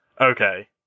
okay